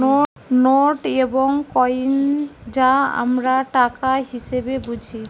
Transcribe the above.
note এবং coin যা আমরা টাকা হিসেবে বুঝি